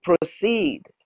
proceed